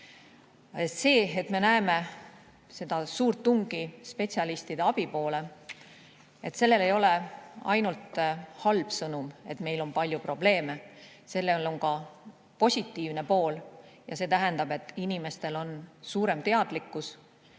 See, et me näeme suurt tungi spetsialistide abi poole, ei ole aga ainult halb sõnum, et meil on palju probleeme. Sellel on ka positiivne pool: see tähendab, et inimestel on suurem teadlikkus.